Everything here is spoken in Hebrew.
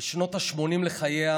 בשנות ה-80 לחייה